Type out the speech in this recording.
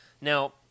Now